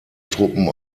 truppen